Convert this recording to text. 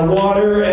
water